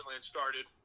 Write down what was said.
started